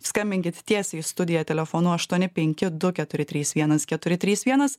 skambinkit tiesiai į studiją telefonu aštuoni penki du keturi trys vienas keturi trys vienas